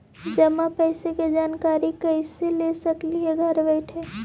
जमा पैसे के जानकारी कैसे ले सकली हे घर बैठे?